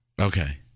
okay